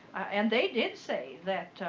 and, they did say that